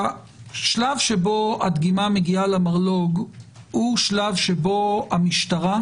השלב שבו הדגימה מגיעה למרלו"ג הוא שלב שבו המשטרה,